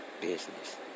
business